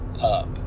up